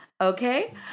Okay